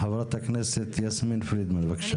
חברת הכנסת יסמין פרידמן, בבקשה.